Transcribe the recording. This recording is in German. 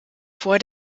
vor